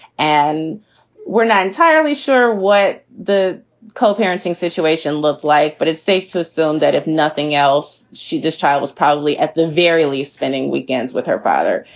and we're not entirely sure what the co-parenting situation looks like, but it's safe to assume that if nothing else, she this child is probably at the very least spending weekends with her father.